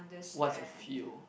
what's your feel